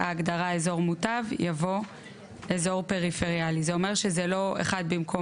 "אזור פריפריאלי" זה אומר שזה לא אחד במקום